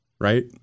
Right